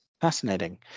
Fascinating